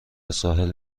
ساحل